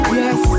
yes